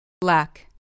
Black